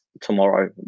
tomorrow